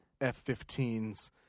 F-15s